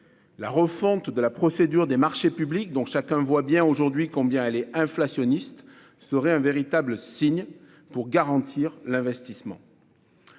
La refonte de la procédure des marchés publics, dont chacun voit bien aujourd'hui combien elle est inflationniste, serait un véritable signe pour garantir l'investissement.